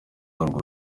urwo